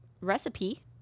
recipe